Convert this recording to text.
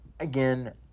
Again